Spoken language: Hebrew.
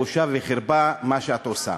בושה וחרפה, מה שאת עושה.